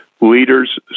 Leaders